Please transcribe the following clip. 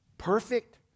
Perfect